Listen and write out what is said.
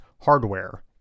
hardware